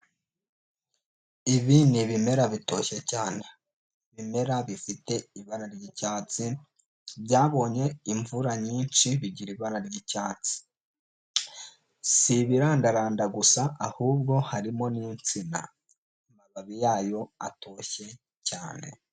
Ibi ni ibimera bitoshye cyane, ibimera bifite ibara ry'icyatsi byabonye imvura nyinshi bigira ibara ry'icyatsi, si ibirandaranda gusa ahubwo harimo n'insina, amababi yayo atoshye cyane.